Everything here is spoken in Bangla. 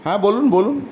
হ্যাঁ বলুন বলুন